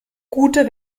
gute